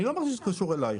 אני לא אומר שזה קשור אליך.